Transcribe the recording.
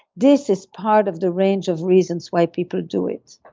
this is part of the range of reasons why people do it